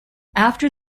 after